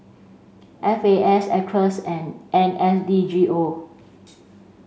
F A S Acres and N S D G O